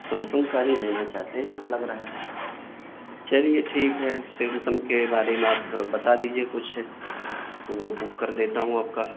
Samsung کا ہی لینا چاہتے ہیں آپ لگ رہا ہے چلیے ٹھیک ہے سمسنگ کے بارے میں آپ بتا دیجیے کچھ تو وہ بک کر دیتا ہوں آپ کا